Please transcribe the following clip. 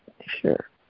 Sure